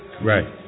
Right